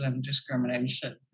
discrimination